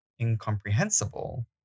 incomprehensible